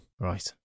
Right